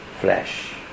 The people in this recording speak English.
flesh